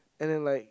and then like